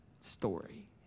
story